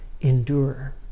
endure